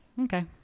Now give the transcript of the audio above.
Okay